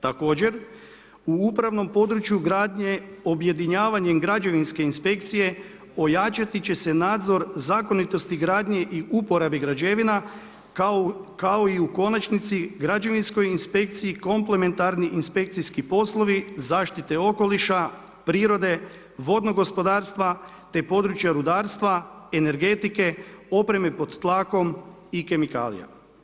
Također u upravnom području gradnje objedinjavanjem građevinske inspekcije ojačati će se nadzor zakonitosti gradnje i uporabe građevina kao i u konačnici građevinskoj inspekciji komplementarni inspekcijski poslovi zaštite okoliša, prirode, vodnog gospodarstva te područja rudarstva, energetike, opreme pod tlakom i kemikalija.